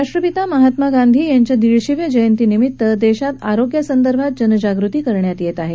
राष्ट्रपिता महात्मा गांधी यांच्या दीडशेव्या जयंतीनिमित्त देशात आरोग्यासंदर्भात जनजागृती केली जात आहे